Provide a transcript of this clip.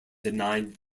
denied